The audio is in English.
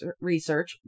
research